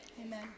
Amen